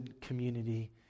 community